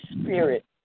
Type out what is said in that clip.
Spirit